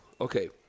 okay